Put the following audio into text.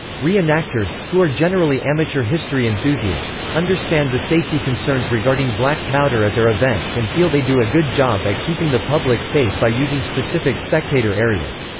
re-enactors, who are generally amateur history enthusiasts, understand the safety concerns regarding black powder at their events and feel they do a good job at keeping the public safe by using specific spectator areas.